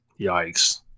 Yikes